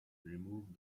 removed